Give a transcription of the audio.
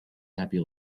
happy